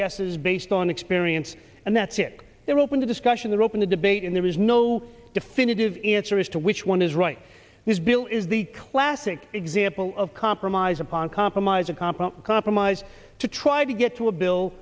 guesses based on experience and that's it they're open to discussion they're open to debate and there is no definitive answer as to which one is right this bill is the classic example of compromise upon compromise a competent compromise to try to get to a bill